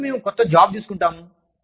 ఎప్పుడు మేము క్రొత్త జాబ్ తీసుకుంటాము